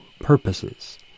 purposes